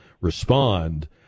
respond